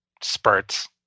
spurts